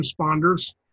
responders